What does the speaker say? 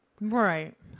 Right